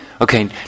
okay